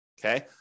okay